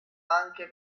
anche